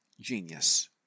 genius